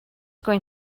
going